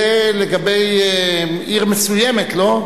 (תיקון מס' 40). זה לגבי עיר מסוימת, לא?